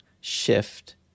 shift